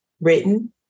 written